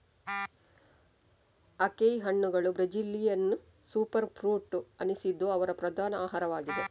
acai ಹಣ್ಣುಗಳು Brazilian super fruit ಅನಿಸಿದ್ದು ಅವರ ಪ್ರಧಾನ ಆಹಾರವಾಗಿದೆ